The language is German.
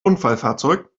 unfallfahrzeug